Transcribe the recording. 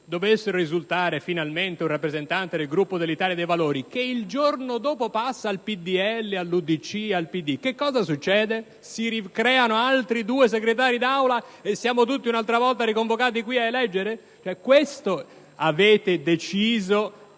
dovesse risultare finalmente un rappresentante del Gruppo dell'Italia dei Valori che il giorno dopo passa al PdL, all'UDC o al PD, cosa succede? Si ricreano altri due Segretari d'Aula, che saremo tutti riconvocati a eleggere? Questo è quello